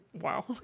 wow